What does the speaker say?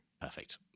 Perfect